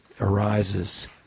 arises